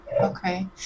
Okay